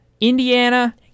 Indiana